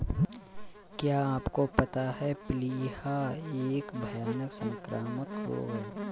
क्या आपको पता है प्लीहा एक भयानक संक्रामक रोग है?